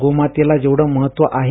गोमातेला जेवढं महत्व आहे